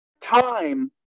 time